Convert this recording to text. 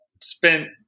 spent